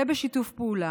ובשיתוף פעולה,